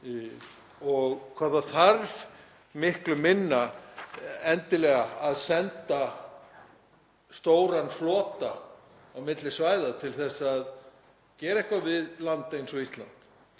og hvað það þarf miklu síður að senda stóran flota á milli svæða til að gera eitthvað við land eins og Ísland.